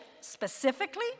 specifically